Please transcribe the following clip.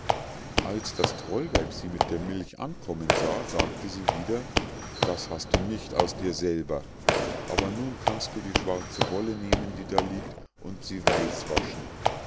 als das trollweib sie mit der milch ankommen sah sagte sie wieder das hast du nicht aus dir selber aber nun kannst du die schwarze wolle nehmen die da liegt und sie weiß waschen